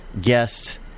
guest